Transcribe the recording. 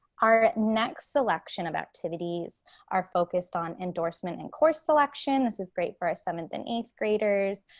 our next selection of activities are focused on endorsement and course selection. this is great for ah seventh and eighth graders.